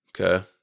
Okay